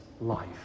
life